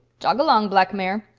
jog along, black mare.